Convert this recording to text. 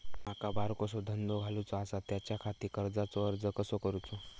माका बारकोसो धंदो घालुचो आसा त्याच्याखाती कर्जाचो अर्ज कसो करूचो?